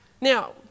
Now